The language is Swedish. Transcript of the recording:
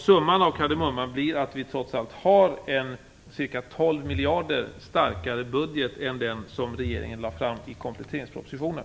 Summan av kardemumman är att vi trots allt har en ca 12 miljarder starkare budget än den som regeringen lade fram i kompletteringspropositionen.